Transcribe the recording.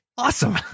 Awesome